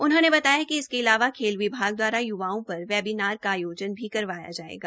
उन्होंने बताया कि इसके अलावा खेल विभाग द्वारा युवाओं पर वेबिनार का आयोजन भी करवाया जायेगा